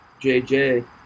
JJ